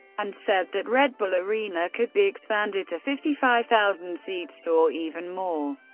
and said that red bull arena could be expanded to fifty five thousand seats, or even more.